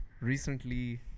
recently